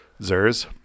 Zers